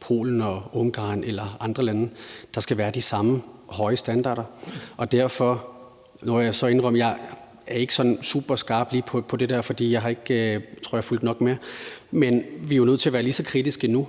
Polen og Ungarn eller andre lande. Der skal være de samme høje standarder. Jeg må så indrømme, at jeg ikke sådan er superskarp lige på det der, for jeg har ikke, tror jeg, fulgt nok med. Men vi er jo nødt til at være lige så kritiske nu,